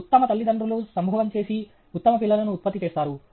ఉత్తమ తల్లిదండ్రులు సంభోగం చేసి ఉత్తమ పిల్లలను ఉత్పత్తి చేస్తారు